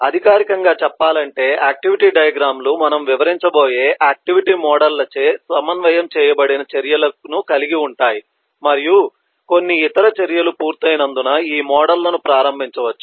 అధికారికంగా చెప్పాలంటే activity diagram లు మనము వివరించబోయే ఆక్టివిటీ మోడల్ లచే సమన్వయం చేయబడిన చర్యలను కలిగి ఉంటాయి మరియు కొన్ని ఇతర చర్యలు పూర్తయినందున ఈ మోడల్ లను ప్రారంభించవచ్చు